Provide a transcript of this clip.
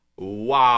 Wow